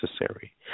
necessary